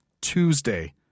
Tuesday